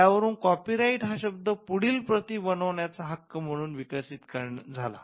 या वरून कॉपीराइट हा शब्द 'पुढील प्रती बनविण्याचा' हक्क म्हणून विकसित झाला